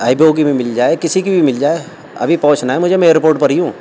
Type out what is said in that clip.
آئی بوگی بھی مل جائے کسی کی بھی مل جائے ابھی پہنچنا ہے مجھے میں ایئر پورٹ پر ہی ہوں